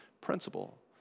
principle